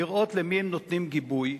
לראות למי הם נותנים גיבוי,